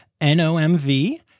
NOMV